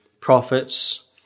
prophets